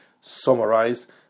summarized